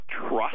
Trust